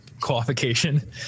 qualification